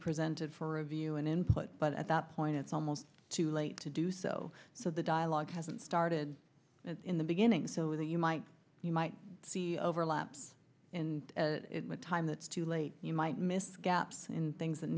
presented for review and input but at that point it's almost too late to do so so the dialogue hasn't started in the beginning so that you might you might see overlaps in time it's too late you might miss gaps in things that